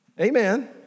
Amen